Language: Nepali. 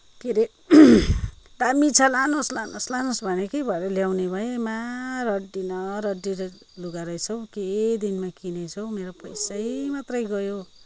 के अरे दामी छ लानुहोस् लानुहोस् लानुहोस् भन्यो कि भरे ल्याउने भएँ महा रड्डी न रड्डी लुगा रहेछ हौ के दिनमा किनेछु हौ मेरो पैसै मात्र गयो